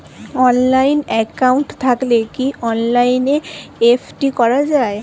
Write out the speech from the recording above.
Online account থাকলে কি অনলাইনে এফ.ডি করা যায়?